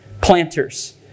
planters